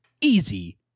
easy